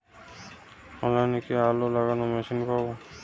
অনলাইনে কি আলু লাগানো মেশিন পাব?